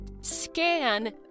scan